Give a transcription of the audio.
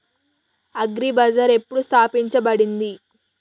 Agri Bazaar ఎప్పుడు స్థాపించబడింది?